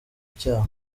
icyaha